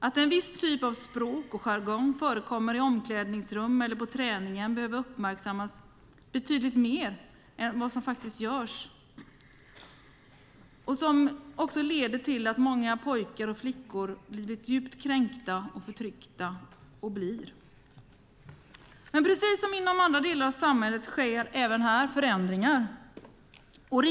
Att en viss typ av språk och jargong förekommer i omklädningsrum eller på träningen leder till att många pojkar och flickor har blivit och blir djupt kränkta och förtryckta, och det behöver uppmärksammas betydligt mer än vad som faktiskt görs. Precis som inom andra delar av samhället sker dock förändringar även här.